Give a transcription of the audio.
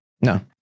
no